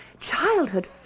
childhood